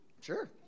Sure